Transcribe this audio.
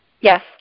Yes